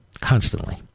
Constantly